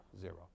zero